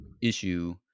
issue